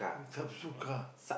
Sabsuka